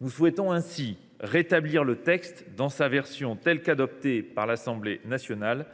Nous souhaitons ainsi rétablir le texte dans sa version adoptée par l’Assemblée nationale,